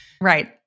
Right